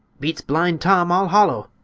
beats blind tom all hollow!